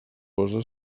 posa